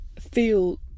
feel